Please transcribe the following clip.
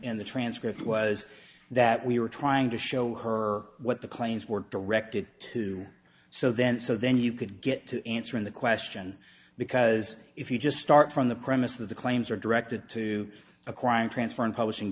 in the transcript was that we were trying to show her what the claims were directed to so then so then you could get to answering the question because if you just start from the premise of the claims are directed to a crime transfer and publishing